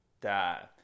die